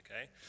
okay